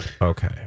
Okay